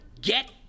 get